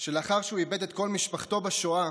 שלאחר שהוא איבד את כל משפחתו בשואה,